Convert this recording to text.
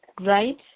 Right